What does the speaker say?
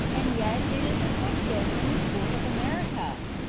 and yet it is a text-book in the schools of america.